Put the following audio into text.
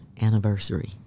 anniversary